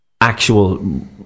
actual